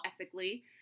ethically